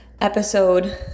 episode